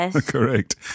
Correct